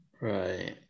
right